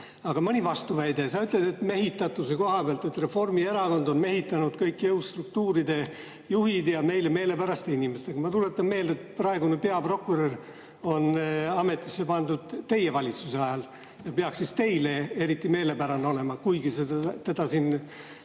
Aga mõni vastuväide. Sa ütled mehitatuse koha pealt, et Reformierakond on mehitanud kõik jõustruktuuride juhikohad meile meelepäraste inimestega. Ma tuletan meelde, et praegune peaprokurör on ametisse pandud teie valitsuse ajal ja peaks teile eriti meelepärane olema, kuigi sa teda siin